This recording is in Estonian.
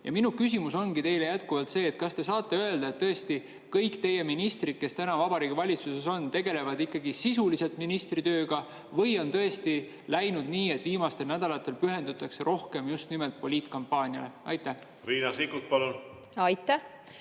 Minu küsimus ongi teile jätkuvalt selline: kas te saate kinnitada, et tõesti kõik teie ministrid, kes praegu Vabariigi Valitsuses on, tegelevad ikkagi sisuliselt ministritööga, või on tõesti läinud nii, et viimastel nädalatel pühendutakse rohkem just nimelt poliitkampaaniale? Riina